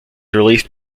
released